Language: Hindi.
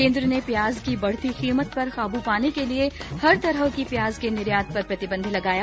केन्द्र ने प्याज की बढ़ती कीमत पर काबू पाने के लिए हर तरह की प्याज के निर्यात पर प्रतिबंध लगाया